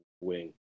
wing